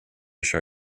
show